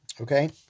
Okay